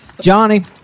Johnny